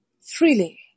freely